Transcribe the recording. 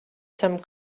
some